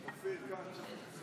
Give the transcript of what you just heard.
47 בעד, 62 נגד.